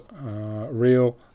real